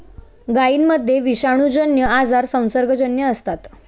गायींमध्ये विषाणूजन्य आजार संसर्गजन्य असतात